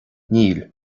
níl